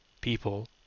people